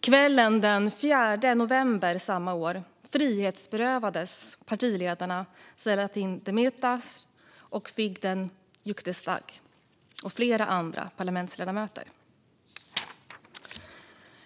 Kvällen den 4 november samma år frihetsberövades partiledarna Selahattin Demirtas och Figen Yüksekdag och flera andra parlamentsledamöter.